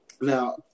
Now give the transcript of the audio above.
now